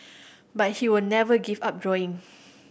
but he will never give up drawing